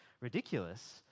ridiculous